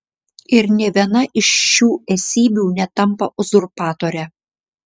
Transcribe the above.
ir nė viena iš šių esybių netampa uzurpatore